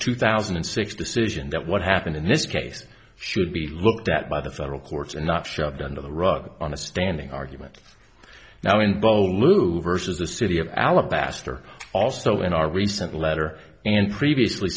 two thousand and six decision that what happened in this case should be looked at by the federal courts are not shoved under the rug on a standing argument now in bolu versus the city of alabaster also in our recent letter and previously